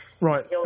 Right